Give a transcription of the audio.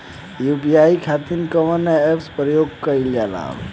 UPI खातीर कवन ऐपके प्रयोग कइलजाला?